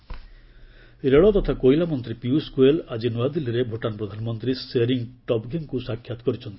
ଗୋୟଲ୍ ଭୁଟାନ୍ ରେଳ ତଥା କୋଇଲା ମନ୍ତ୍ରୀ ପିୟଷ ଗୋୟଲ୍ ଆଜି ନ୍ତଆଦିଲ୍ଲୀରେ ଭୁଟାନ୍ ପ୍ରଧାନମନ୍ତ୍ରୀ ଶେରିଙ୍ଗ୍ ଟବ୍ଗେଙ୍କୁ ସାକ୍ଷାତ୍ କରିଛନ୍ତି